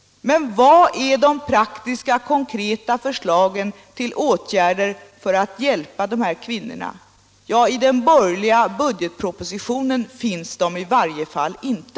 Men vilka är de praktiska och konkreta förslagen till åtgärder för att hjälpa dessa kvinnor? Ja, i den borgerliga budgetpropositionen finns de i varje fall inte.